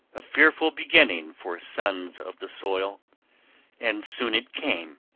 a fearful beginning for sons of the soil and soon it came,